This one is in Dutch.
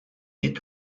niet